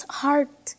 heart